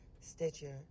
Stitcher